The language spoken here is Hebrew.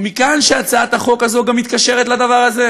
ומכאן שהצעת החוק הזו גם מתקשרת לדבר הזה.